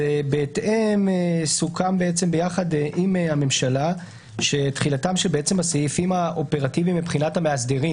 סוכם עם הממשלה שתחילת הסעיפים האופרטיביים מבחינת המאסדרים